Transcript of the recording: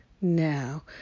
now